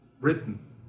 written